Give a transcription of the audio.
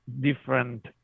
different